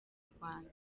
rwanda